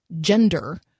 gender